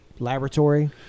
laboratory